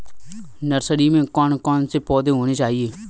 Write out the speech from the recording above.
Nursery में कौन कौन से पौधे होने चाहिए?